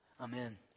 Amen